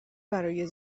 برای